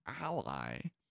ally